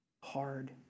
Hard